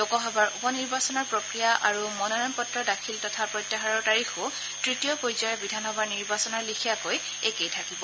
লোকসভাৰ উপনিৰ্বাচনৰ প্ৰক্ৰিয়া আৰু মনোনয়নপত্ৰ দাখিল তথা প্ৰত্যাহাৰৰ তাৰিখো তৃতীয় পৰ্যায়ৰ বিধানসভাৰ নিৰ্বাচনৰ লেখীয়াকৈ একেই থাকিব